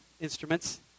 instruments